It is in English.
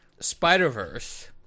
spider-verse